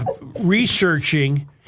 researching